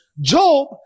Job